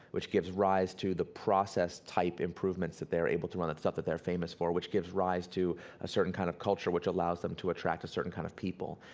which gives rise to the process type improvements that they are able to run, that stuff that they are famous for, which gives rise to a certain kind of culture which allows them to attract a certain kind of people.